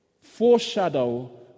foreshadow